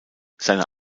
seine